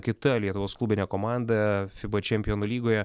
kita lietuvos klubinė komanda fiba čempionų lygoje